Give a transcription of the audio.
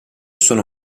sono